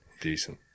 Decent